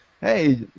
hey